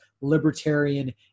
libertarian